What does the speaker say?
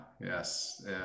Yes